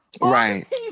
right